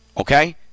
Okay